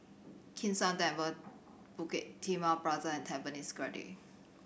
Kim San Temple Bukit Timah Plaza and Tampines Grande